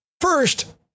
first